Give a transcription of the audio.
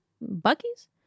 Bucky's